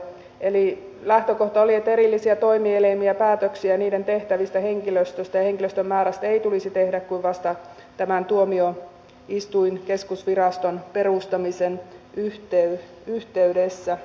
eli lähtökohta oli että erillisiä toimielimiä ja päätöksiä niiden tehtävistä henkilöstöstä ja henkilöstön määrästä ei tulisi tehdä kuin vasta tämän tuomioistuinkeskusviraston perustamisen yhteydessä